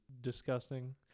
disgusting